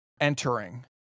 entering